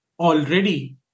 already